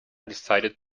decided